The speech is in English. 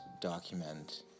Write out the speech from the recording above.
document